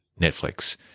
Netflix